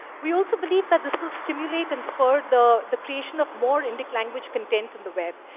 we also believe that this will stimulate and support the the creation of more indic language content on the web.